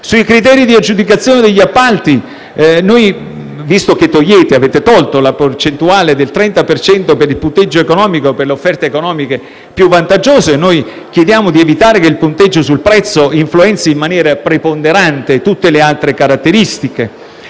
Sui criteri di aggiudicazione degli appalti, visto che avete tolto la percentuale del 30 per cento per il punteggio economico per le offerte economicamente più vantaggiose, chiediamo di evitare che il punteggio sul prezzo influenzi in maniera preponderante tutte le altre caratteristiche.